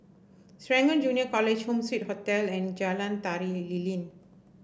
Serangoon Junior College Home Suite Hotel and Jalan Tari Lilin